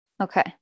Okay